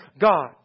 God